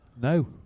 No